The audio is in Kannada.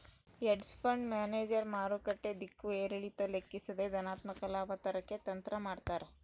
ಹೆಡ್ಜ್ ಫಂಡ್ ಮ್ಯಾನೇಜರ್ ಮಾರುಕಟ್ಟೆ ದಿಕ್ಕು ಏರಿಳಿತ ಲೆಕ್ಕಿಸದೆ ಧನಾತ್ಮಕ ಲಾಭ ತರಕ್ಕೆ ತಂತ್ರ ಮಾಡ್ತಾರ